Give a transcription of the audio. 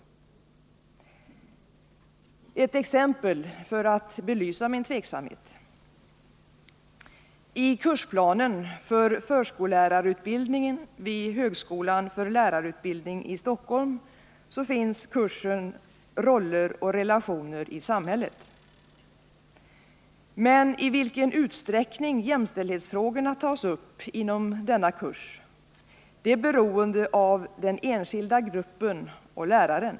Låt mig anföra ett exempel för att belysa min tveksamhet: I kursplanen för förskollärarutbildningen vid högskolan för lärarutbildning i Stockholm finns kursen ”Roller och relationer i samhället”. Men i vilken utsträckning jämställdhetsfrågorna tas upp inom denna kurs är beroende av den enskilda gruppen och läraren.